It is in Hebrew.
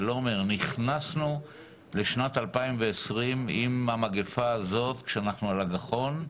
נכנסנו לשנת 2020 עם המגיפה הזאת כשאנחנו על הגחון,